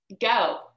go